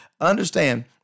understand